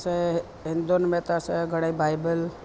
असांजे हिंदुयुनि में त घणेई भाई बहन